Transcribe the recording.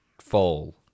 fall